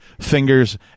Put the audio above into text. fingers